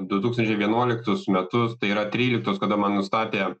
du tūkstančiai vienuoliktus metus tai yra tryliktus kada man nustatė